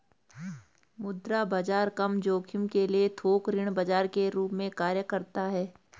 मुद्रा बाजार कम जोखिम के लिए थोक ऋण बाजार के रूप में कार्य करता हैं